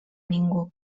ningú